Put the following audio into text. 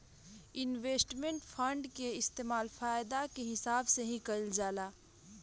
investment fund के इस्तेमाल फायदा के हिसाब से ही कईल जाला